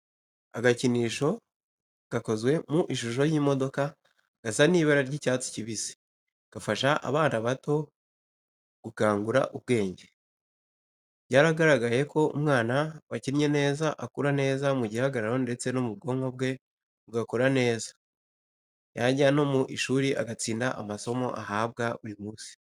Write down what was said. Agakinisho gakozwe mu ishusho y'imodoka gasa n'ibara ry'icyatsi kibisi gafasha abana bato gukangura ubwenge. Byaragaragaye ko umwana wakinnye neza akura neza mu gihagararo ndetse n'ubwonko bwe bugakora neza, yajya no mu ishuri agatsinda amasomo ahabwa buri munsi.